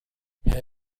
herr